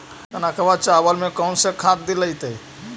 कनकवा चावल में कौन से खाद दिलाइतै?